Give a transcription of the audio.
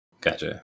Gotcha